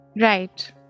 right